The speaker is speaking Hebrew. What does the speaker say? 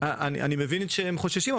אני מבין שהם חוששים,